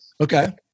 Okay